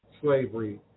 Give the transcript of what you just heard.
slavery